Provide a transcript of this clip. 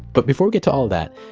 but before we get to all that,